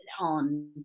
on